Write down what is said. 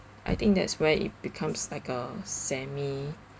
I think that's where it becomes like a semi